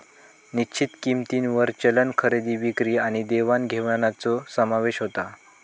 निश्चित किंमतींवर चलन खरेदी विक्री आणि देवाण घेवाणीचो समावेश होता